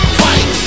fight